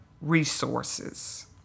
resources